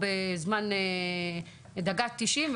בדקה ה-90,